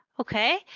okay